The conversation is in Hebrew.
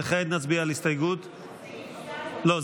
וכעת נצביע על הסתייגות, סעיף 2, לא.